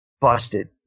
busted